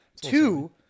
Two